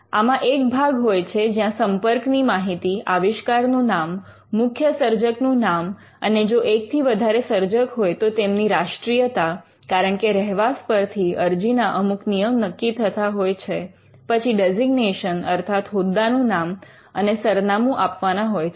આમાં એક ભાગ હોય છે જ્યાં સંપર્ક ની માહિતી આવિષ્કારનું નામ મુખ્ય સર્જકનું નામ અને જો એકથી વધારે સર્જક હોય તો તેમની રાષ્ટ્રીયતા કારણકે રહેવાસ પરથી અરજીના અમુક નિયમ નક્કી થતા હોય છે પછી ડેઝિગ્નેશન અર્થાત હોદ્દાનું નામ અને સરનામું આપવાના હોય છે